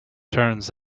turns